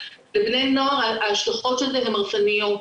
לבני נוער ההשלכות של זה הן הרסניות.